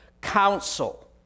council